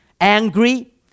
angry